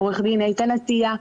עורך הדין איתן עטיה,